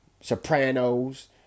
sopranos